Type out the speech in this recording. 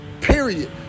period